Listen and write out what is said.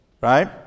right